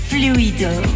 Fluido